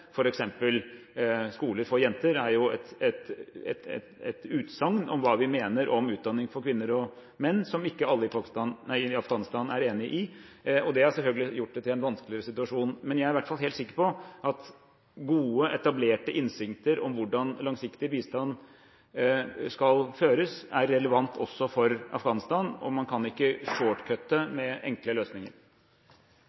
eksempel skoler for jenter er jo et utsagn om hva vi mener om utdanning for kvinner og menn, som ikke alle i Afghanistan er enig i. Det har selvfølgelig gjort det til en vanskeligere situasjon. Men jeg er i hvert fall helt sikker på at god og etablert innsikt om hvordan langsiktig bistand skal føres, er relevant også for Afghanistan, og man kan ikke